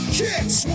kicks